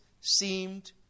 seemed